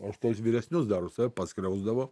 aš tais vyresnius dar taip paskriausdavo